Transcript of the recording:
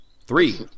Three